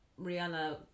Rihanna